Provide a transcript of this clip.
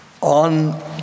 On